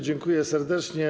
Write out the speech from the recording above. Dziękuję serdecznie.